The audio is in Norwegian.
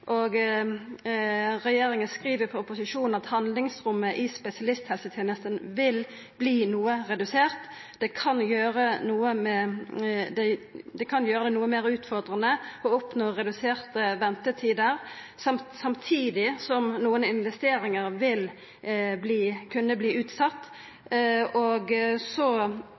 I proposisjonen skriv regjeringa at «handlingsrommet for spesialisthelsetjenesten vil bli noe redusert». Vidare skriv dei: «Det kan gjøre det noe mer utfordrende å oppnå reduserte ventetider, samtidig som noen investeringer vil kunne bli utsatt.»